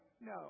No